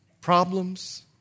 problems